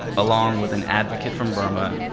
along with an advocate from burma,